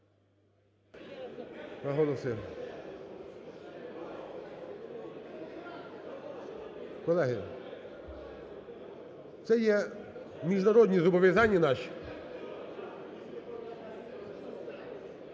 За-224 Колеги, це є міжнародні зобов'язання наші.